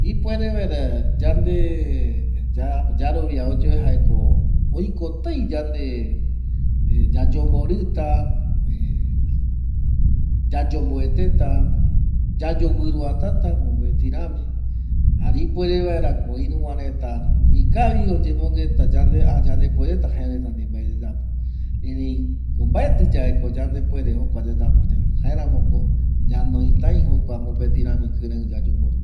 Ipuere vaera yande yarovia oyue jaeko oikotai yande yayemborita, ipuere vaera ko iru vaereta ikavi oyemongueta yande a yandepuereta jaereta ndie mbae yayapo erei mbaeti ko yandepuere ye jokua yayapo yave, jaeramo ko ñanoi tai jokua mopeti rami kirei yayembori vaera